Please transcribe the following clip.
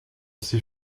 sait